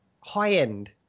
high-end